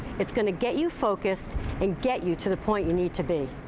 it's going to get you focused and get you to the point you need to be.